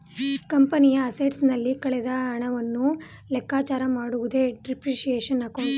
ಕಂಪನಿಯ ಅಸೆಟ್ಸ್ ನಲ್ಲಿ ಕಳೆದ ಹಣವನ್ನು ಲೆಕ್ಕಚಾರ ಮಾಡುವುದೇ ಡಿಪ್ರಿಸಿಯೇಶನ್ ಅಕೌಂಟ್